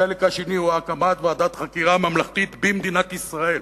החלק השני הוא הקמת ועדת חקירה ממלכתית במדינת ישראל.